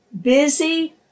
busy